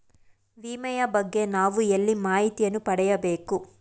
ವಿಮೆಯ ಬಗ್ಗೆ ನಾವು ಎಲ್ಲಿ ಮಾಹಿತಿಯನ್ನು ಪಡೆಯಬೇಕು?